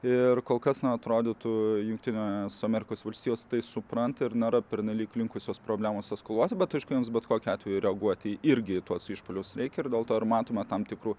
ir kol kas na atrodytų jungtines amerikos valstijos tai supranta ir nėra pernelyg linkusios problemos eskaluoti bet užtai jums bet kokiu atveju reaguoti irgi tuos išpuolius reikia ir dėl to ir matome tam tikrų